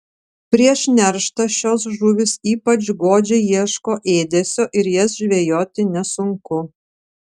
prieš nerštą šios žuvys ypač godžiai ieško ėdesio ir jas žvejoti nesunku